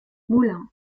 moulins